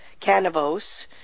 Canavos